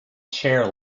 chair